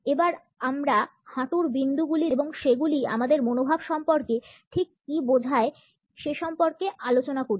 এবার আমরা হাঁটুর বিন্দুগুলি দেখি এবং সেগুলি আমাদের মনোভাব সম্পর্কে ঠিক কী বোঝায় সেই সম্পর্কে আলোচনা করি